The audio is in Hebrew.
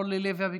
אורלי לוי אבקסיס,